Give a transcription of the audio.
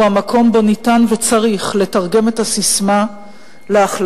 הוא המקום שבו ניתן וצריך לתרגם את הססמה להחלטות,